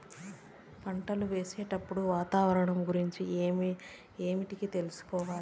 పంటలు వేసేటప్పుడు వాతావరణం గురించి ఏమిటికి తెలుసుకోవాలి?